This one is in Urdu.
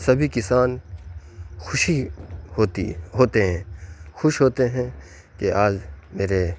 سبھی کسان خوشی ہوتی ہوتے ہیں خوش ہوتے ہیں کہ آج میرے